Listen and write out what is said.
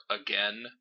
again